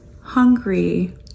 hungry